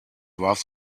warf